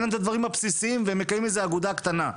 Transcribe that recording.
אין להם את הדברים הבסיסים והם מקיימים איזו אגודה קטנה,